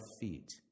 feet